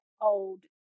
old